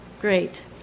Great